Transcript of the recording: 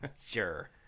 sure